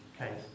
Okay